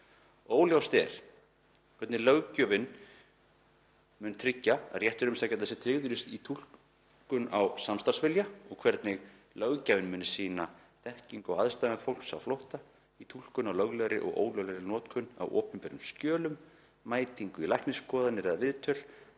Óljóst er hvernig löggjafinn mun tryggja að réttur umsækjanda sé tryggður í túlkun á „samstarfsvilja“ og hvernig löggjafinn mun sýna þekkingu á aðstæðum fólks á flótta í túlkun á löglegri og ólöglegri notkun á opinberum skjölum, mætingu í læknisskoðanir eða viðtöl.